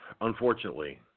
unfortunately